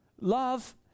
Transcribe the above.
Love